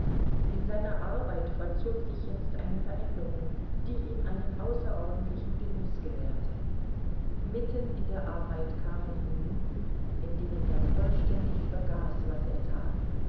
in seiner arbeit vollzog sich jetzt eine veränderung die ihm einen außerordentlichen genuß gewährte mitten in der arbeit kamen ihm minuten in denen er vollständig vergaß was er tat